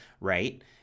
right